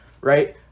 right